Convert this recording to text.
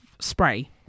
spray